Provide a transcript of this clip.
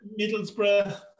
Middlesbrough